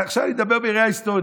עכשיו אני מדבר בראייה היסטורית,